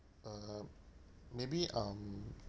uh maybe um